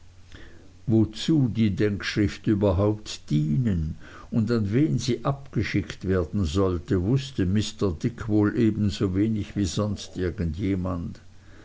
wozu die denkschrift überhaupt dienen und an wen sie abgeschickt werden sollte wußte mr dick wohl ebensowenig wie sonst